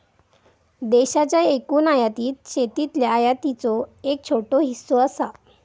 देशाच्या एकूण आयातीत शेतीतल्या आयातीचो एक छोटो हिस्सो असा